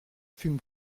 fume